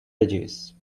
edges